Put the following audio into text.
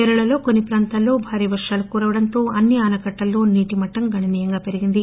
కేరళలోకొన్ని ప్రాంతాల్లో భారీ వర్షాలు కురవడంతో అన్ని ఆనకట్టల్లో నీటిమట్టం గణనీయంగా పెరిగింది